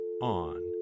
on